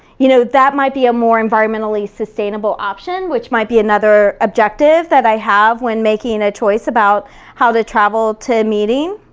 you know that might be a more environmentally sustainable option which might be another objective that i have when making a choice about how to travel to a meeting,